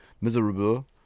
miserable